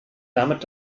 damit